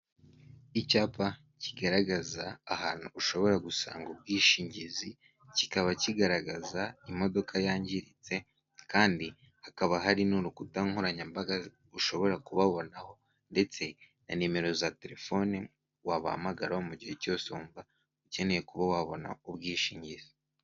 Icyapa kigaragaza ahantu ushobora gusanga ubwishingizi, kikaba kigaragaza imodoka yangiritse kandi hakaba hari n'urukuta nkoranyambaga ushobora kubabonaho ndetse na nimero za telefone wahamagaraho mu gihe cyose wumva ukeneye kuba wabona ubwishingizi.